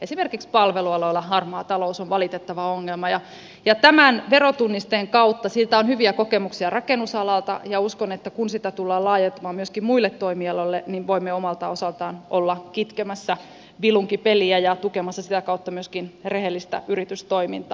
esimerkiksi palvelualoilla harmaa talous on valitettava ongelma ja tämän verotunnisteen kautta siitä on hyviä kokemuksia rakennusalalta ja uskon että kun sitä tullaan laajentamaan muillekin toimialoille niin voimme omalta osaltamme olla kitkemässä vilunkipeliä ja tukemassa sitä kautta myöskin rehellistä yritystoimintaa